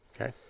Okay